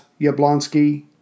Yablonsky